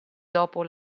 dopo